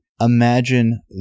Imagine